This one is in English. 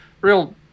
real